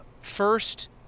First